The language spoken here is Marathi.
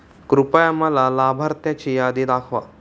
कृपया मला लाभार्थ्यांची यादी दाखवा